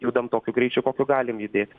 judam tokiu greičiu kokiu galim judėti